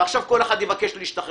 ועכשיו כל אחד יבקש להשתחרר.